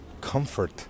comfort